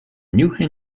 new